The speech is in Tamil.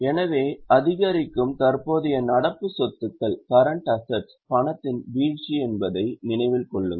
எனவே அதிகரிக்கும் தற்போதைய நடப்பு சொத்துக்கள் பணத்தின் வீழ்ச்சி என்பதை நினைவில் கொள்ளுங்கள்